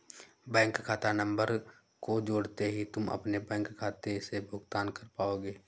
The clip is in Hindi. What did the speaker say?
बैंक खाता नंबर को जोड़ते ही तुम अपने बैंक खाते से भुगतान कर पाओगे